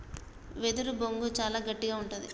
వెదురు బొంగు చాలా గట్టిగా ఉంటది